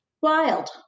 wild